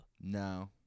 No